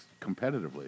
competitively